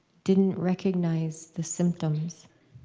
didn't recognize the symptoms.